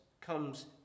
comes